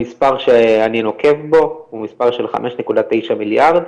אז המספר שאני נוקב בו הוא מספר של 5.9 מיליארד.